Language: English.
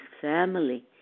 family